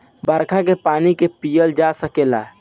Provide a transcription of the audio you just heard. बरखा के पानी के पिअल जा सकेला